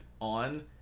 on